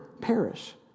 perish